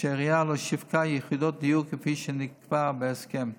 שהעירייה לא שיווקה יחידות דיור כפי שנקבע בהסכם.